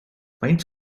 faint